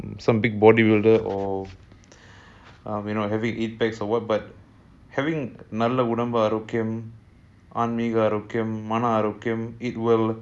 some big bodybuilder or uh we're not having eight packs or what but having நல்லஉடம்புஆரோக்யம்ஆன்மீகஆரோக்யம்மனஆரோக்யம்:nalla udambu arogyam anmeega arogyam mana arogyam